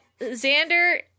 xander